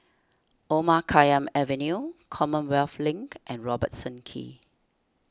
Omar Khayyam Avenue Commonwealth Link and Robertson Quay